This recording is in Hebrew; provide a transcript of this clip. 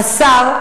השר,